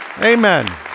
Amen